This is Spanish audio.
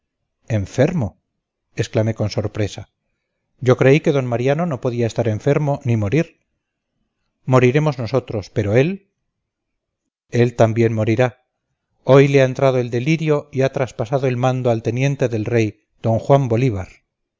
enfermo exclamé con sorpresa yo creí que d mariano no podía estar enfermo ni morir moriremos nosotros pero él él también morirá hoy le ha entrado el delirio y ha traspasado el mando al teniente del rey d juan bolívar